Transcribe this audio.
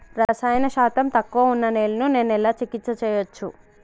రసాయన శాతం తక్కువ ఉన్న నేలను నేను ఎలా చికిత్స చేయచ్చు?